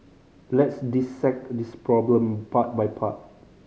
let's dissect this problem part by part